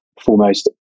foremost